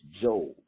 Job